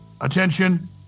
attention